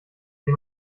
dem